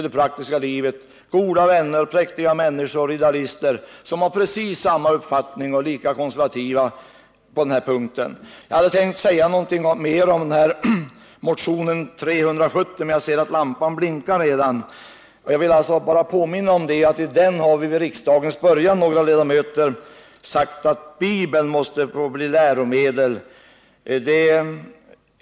De är mina goda vänner, präktiga människor och idealister, som har precis samma uppfattning och således är lika konservativa på den här punkten som vi moderater. Jag hade tänkt säga något mer om motionen 370, men jag ser att lampan blinkar som tecken på att min taletid är ute. Jag vill därför bara påminna om att iden motionen har vid riksdagens början några ledamöter krävt att Bibeln skall bli läromedel i skolan.